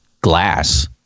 glass